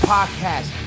Podcast